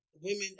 women